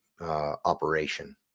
Operation